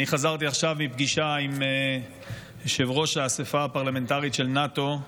אני חזרתי עכשיו מפגישה עם נשיא האספה הפרלמנטרית של נאט"ו,